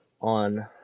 On